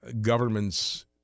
governments